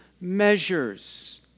measures